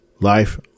life